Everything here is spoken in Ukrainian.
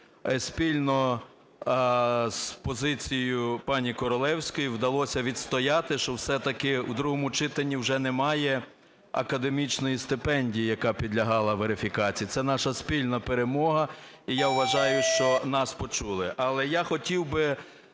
спільно з позицією пані Королевської вдалося відстояти, що все-таки у другому читанні вже немає академічної стипендії, яка підлягала верифікації. Це наша спільна перемога, і я вважаю, що нас почули.